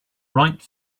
write